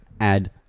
Add